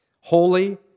holy